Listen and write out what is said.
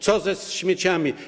Co ze śmieciami?